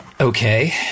Okay